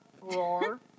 Roar